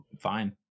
fine